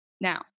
now